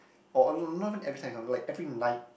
oh no not every time he comes like every night